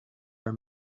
your